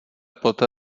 poté